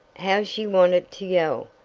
how she wanted to yell!